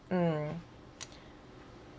mm